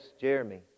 Jeremy